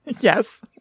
Yes